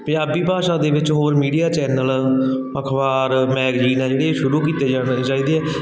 ਪੰਜਾਬੀ ਭਾਸ਼ਾ ਦੇ ਵਿੱਚ ਹੋਰ ਮੀਡੀਆ ਚੈਨਲ ਅਖਬਾਰ ਮੈਗਜੀਨ ਆ ਜਿਹੜੀਆਂ ਸ਼ੁਰੂ ਕੀਤੇ ਜਾਣਾ ਚਾਹੀਦੇ ਆ